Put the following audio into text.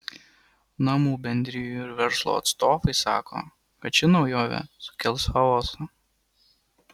namų bendrijų ir verslo atstovai sako kad ši naujovė sukels chaosą